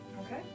Okay